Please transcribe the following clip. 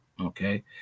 okay